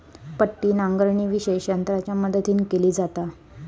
पट्टी नांगरणी विशेष यंत्रांच्या मदतीन केली जाता